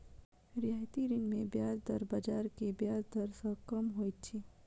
रियायती ऋण मे ब्याज दर बाजार के ब्याज दर सॅ कम होइत अछि